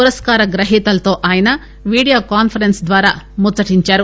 పురస్కార్ గ్రహీతలతో ఆయన వీడియోకాన్సరెన్స్ ద్వారా ముచ్చటిందారు